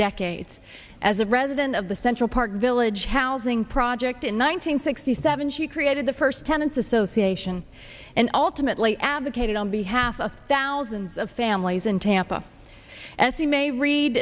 decades as a resident of the central park village housing project in one nine hundred sixty seven he created the first tenants association and ultimately advocated on behalf of thousands of families in tampa at the may read